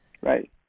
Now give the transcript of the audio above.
right